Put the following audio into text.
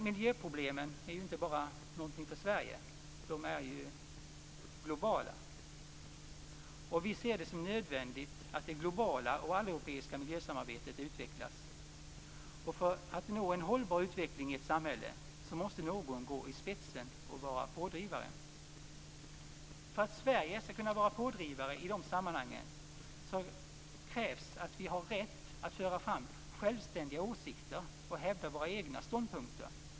Miljöproblemen finns ju inte bara i Sverige utan är globala. Vi ser det som nödvändigt att det globala och alleuropeiska miljösamarbetet utvecklas. För att nå en hållbar utveckling i ett samhälle måste någon gå i spetsen och vara pådrivare. För att Sverige skall kunna vara pådrivare i de sammanhangen krävs att vi har rätt att föra fram självständiga åsikter och hävda våra egna ståndpunkter.